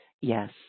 yes